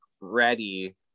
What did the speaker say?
ready